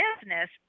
business